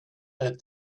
that